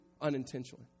unintentionally